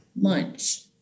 lunch